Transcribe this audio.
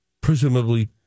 presumably